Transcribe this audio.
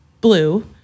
blue